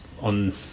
on